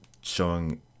showing